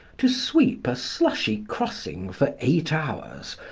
to sweep a slushy crossing for eight hours,